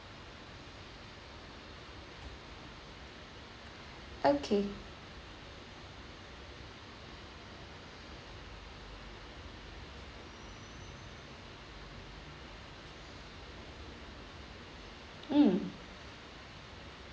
okay mm